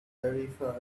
tarifa